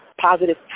positive